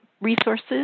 resources